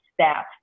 staff